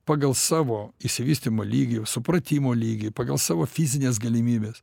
pagal savo išsivystymo lygį supratimo lygį pagal savo fizines galimybes